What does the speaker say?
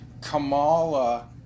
Kamala